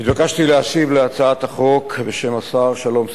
התבקשתי להשיב על הצעת החוק בשם השר שלום שמחון,